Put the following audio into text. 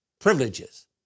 privileges